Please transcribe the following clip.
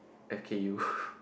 okay you